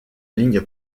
ligne